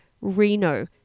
Reno